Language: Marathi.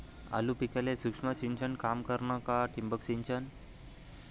आलू पिकाले सूक्ष्म सिंचन काम करन का ठिबक सिंचन?